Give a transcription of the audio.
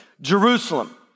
Jerusalem